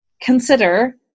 consider